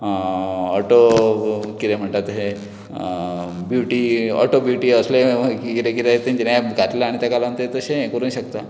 auto कितें म्हणटात तें ब्युटी ऑटो ब्युटी असलें कितें कितें तेंच्यांनी घातलें आनी तेका लागून तें तशें हें करूंक शकता